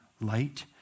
light